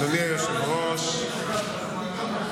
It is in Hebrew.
ואף אחד לא מוכן לדבר איתו בקבינט.